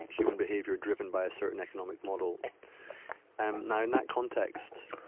human behavior driven by a certain economic model um now, in that context,